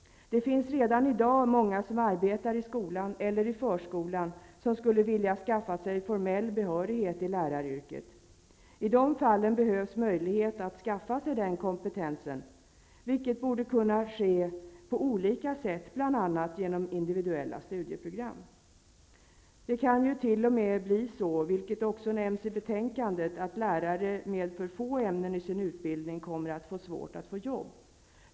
Det finns redan i dag många som arbetar i skolan eller förskolan som skulle vilja skaffa sig formell behörighet i läraryrket. I de fallen behövs möjlighet att skaffa sig den kompetensen, vilket borde kunna ske på olika sätt, bl.a. genom individuella studieprogram. Det kan t.o.m. bli så, vilket också nämns i betänkandet, att lärare med för få ämnen i sin utbildning kommer att få svårt att få jobb.